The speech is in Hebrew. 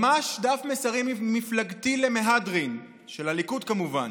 ממש דף מסרים מפלגתי למהדרין, של הליכוד, כמובן.